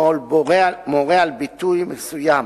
או מורה על ביטול מסוים,